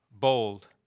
Bold